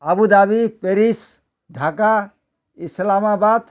Abu Dhabi Paris Dhaka Islamabad